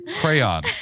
Crayon